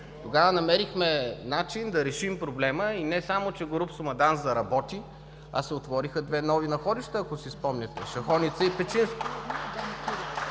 Тогава намерихме начин да решим проблема и не само, че „Горубсо“ – Мадан заработи, а се отвориха две нови находища, ако си спомняте – „Шахоница“ и „Печинско“.